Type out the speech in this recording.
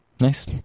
Nice